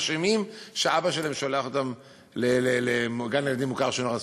הם אשמים שאבא שלהם שולח אותם לגן-לילדים מוכר שאינו רשמי?